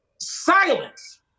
silence